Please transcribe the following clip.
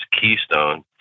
Keystone